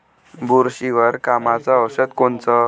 बुरशीवर कामाचं औषध कोनचं?